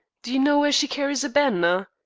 do you know where she carries a banner?